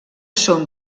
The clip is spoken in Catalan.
són